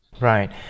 Right